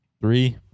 three